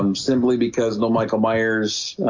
um simply because no michael myers